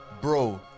bro